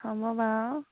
হ'ব বাৰু